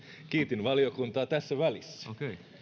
kiitin valiokuntaa tässä välissä